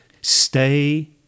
Stay